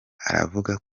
aravuga